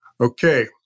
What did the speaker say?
Okay